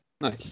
Nice